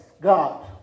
God